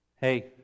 Hey